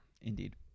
Indeed